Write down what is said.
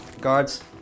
Guards